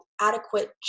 adequate